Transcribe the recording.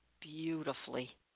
beautifully